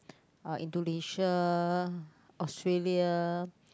uh Indonesia Australia